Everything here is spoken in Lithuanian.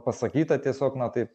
pasakyta tiesiog na taip